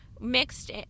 mixed